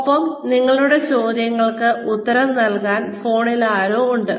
ഒപ്പം നിങ്ങളുടെ ചോദ്യങ്ങൾക്ക് ഉത്തരം നൽകാൻ ഫോണിൽ ആരോ ഉണ്ട്